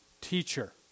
teacher